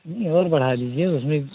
और बढ़ा दीजिए उसमे